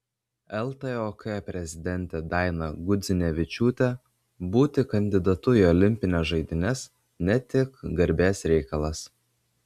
ltok prezidentė daina gudzinevičiūtė būti kandidatu į olimpines žaidynes ne tik garbės reikalas